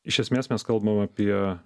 iš esmės mes kalbam apie